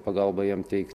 pagalbą jam teikt